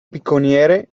picconiere